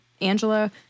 Angela